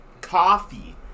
Coffee